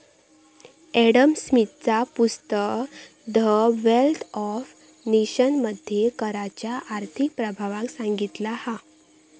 Adam स्मिथचा पुस्तक the wealth of nation मध्ये कराच्या आर्थिक प्रभावाक सांगितला हा